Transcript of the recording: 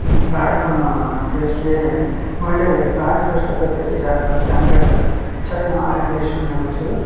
bio ग्यासले मैले bio ग्यासको त त्यति साह्रो जानकार त छैन अलिअलि सुनेको छु